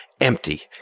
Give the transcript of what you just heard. Empty